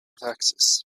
taxes